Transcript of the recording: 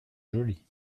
joli